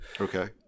okay